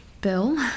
Bill